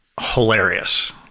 Hilarious